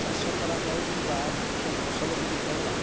ଚାଷ କରାଯାଉଥିବା ମୁଖ୍ୟ ଫସଲ ଗୁଡ଼ିକ ହେଲା